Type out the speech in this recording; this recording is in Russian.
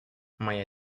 моя